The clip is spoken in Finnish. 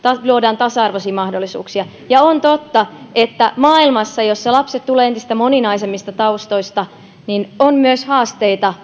luodaan tasa arvoisia mahdollisuuksia on totta että maailmassa jossa lapset tulevat entistä moninaisemmista taustoista on myös haasteita